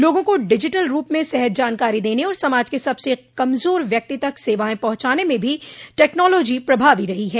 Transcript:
लोगों को डिजिटल रूप में सहज जानकारी दने और समाज के सबसे कमजोर व्यक्ति तक सेवाएं पहुंचाने में भी टैक्नोलॉजी प्रभावी रही है